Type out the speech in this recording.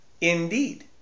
indeed